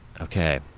Okay